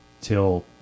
till